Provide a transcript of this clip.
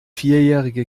vierjährige